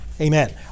Amen